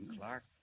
Clark